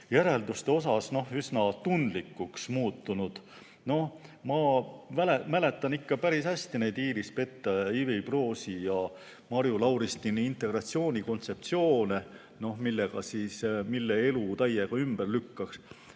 järelduste osas üsna tundlikuks muutunud. Ma mäletan ikka päris hästi neid Iris Pettai, Ivi Proosi ja Marju Lauristini integratsioonikontseptsioone, mille elu täiega ümber lükkas.